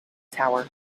tower